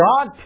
God